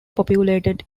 populated